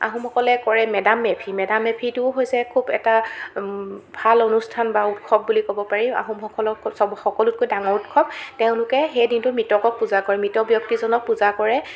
আহোমসকলে কৰে মে ডাম মে ফি মে ডাম মে ফিটো হৈছে খুব এটা ভাল অনুষ্ঠান বা উৎসৱ বুলি ক'ব পাৰি আহোমসকলক চব সকলোতকৈ ডাঙৰ উৎসৱ তেওঁলোকে সেই দিনটোত মৃতকক পূজা কৰে মৃত ব্যক্তিজনক পূজা কৰে